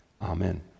Amen